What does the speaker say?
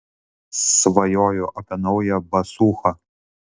svajoju apie naują basūchą